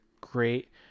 great